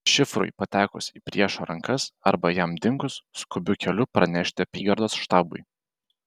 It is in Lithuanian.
šifrui patekus į priešo rankas arba jam dingus skubiu keliu pranešti apygardos štabui